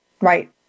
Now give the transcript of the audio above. Right